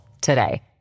today